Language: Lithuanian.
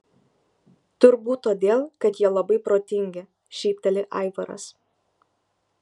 turbūt todėl kad jie labai protingi šypteli aivaras